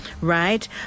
right